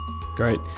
Great